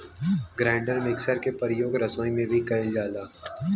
grinder mixer के परियोग रसोई में भी कइल जाला